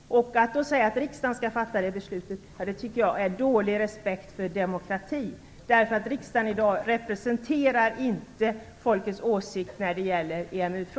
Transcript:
Att då säga att riksdagen skall fatta det beslutet tycker jag är dålig respekt för demokratin, eftersom riksdagen i dag inte representerar folkets åsikt när det gäller